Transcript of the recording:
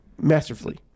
Masterfully